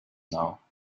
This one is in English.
now